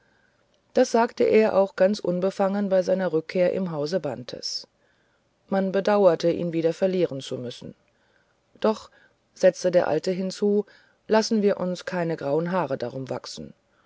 das sagte er auch ganz unbefangen bei seiner rückkehr im hause bantes man bedauerte ihn wieder verlieren zu müssen doch setzte der alte hinzu lassen wir uns kein graues haar darum wachsen